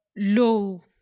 Low